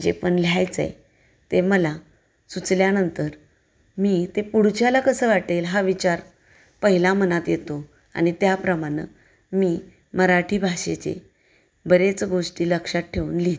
जे पण लिहायचंय ते मला सुचल्यानंतर मी ते पुढच्याला कसं वाटेल हा विचार पहिला मनात येतो आणि त्याप्रमाणे मी मराठी भाषेचे बरेच गोष्टी लक्षात ठेऊन लिहिली